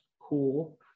cool